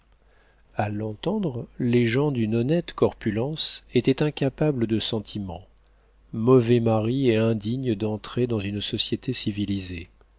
a l'entendre les gens d'une honnête corpulence étaient incapables de sentiments mauvais maris et indignes d'entrer dans une société civilisée